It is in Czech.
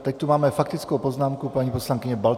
Teď tu máme faktickou poznámku paní poslankyně Balcarové.